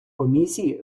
комісії